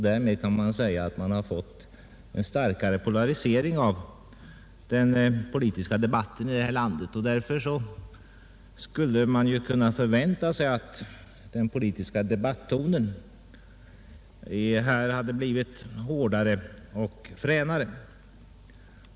Därigenom kan man sägas ha fått en starkare polarisering av den politiska debatten i landet, och man skulle kunna förvänta sig att den politiska debattonen hade blivit hårdare och fränare.